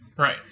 right